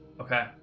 okay